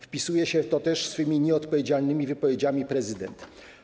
Wpisuje się w to też swymi nieodpowiedzialnymi wypowiedziami prezydent.